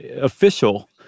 official